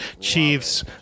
Chiefs